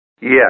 Yes